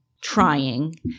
trying